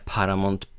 Paramount